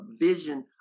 vision